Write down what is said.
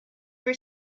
were